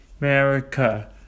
America